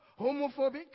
homophobic